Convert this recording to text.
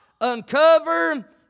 uncover